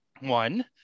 One